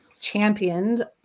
championed